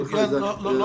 קורה לך --- כן, מה